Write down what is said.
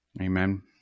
amen